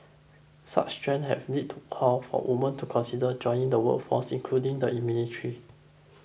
such trends have lead to calls for women to consider joining the workforce including the in military